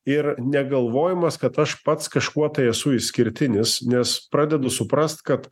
ir negalvojimas kad aš pats kažkuo tai esu išskirtinis nes pradedu suprast kad